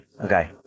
Okay